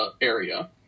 area